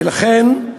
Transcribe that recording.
ולכן,